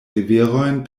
riverojn